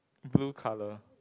blue colour